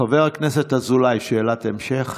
חבר הכנסת אזולאי, שאלת המשך.